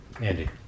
Andy